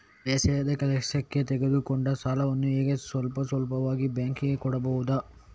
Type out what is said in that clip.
ಬೇಸಾಯದ ಕೆಲಸಕ್ಕೆ ತೆಗೆದುಕೊಂಡ ಸಾಲವನ್ನು ಹೇಗೆ ಸ್ವಲ್ಪ ಸ್ವಲ್ಪವಾಗಿ ಬ್ಯಾಂಕ್ ಗೆ ಕೊಡಬಹುದು?